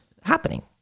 happening